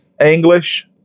English